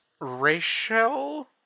Rachel